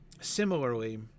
Similarly